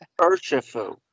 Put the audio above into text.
Urshifu